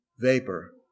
vapor